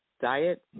diet